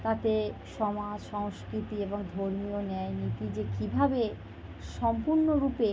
তাতে সমাজ সংস্কৃতি এবং ধর্মীয় ন্যায়নীতি যে কীভাবে সম্পূর্ণরূপে